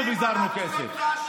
אנחנו פיזרנו כסף.